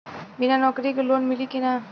बिना नौकरी के लोन मिली कि ना?